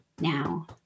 Now